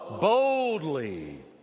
boldly